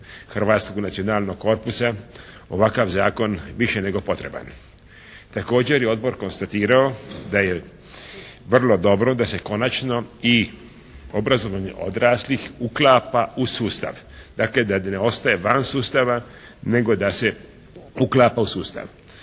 hrvatskog nacionalnog korpusa, ovakav zakon više nego potreban. Također je odbor konstatirao da je vrlo dobro da se konačno i obrazovanje odraslih uklapa u sustav, dakle da ne ostaje van sustava nego da se uklapa u sustav.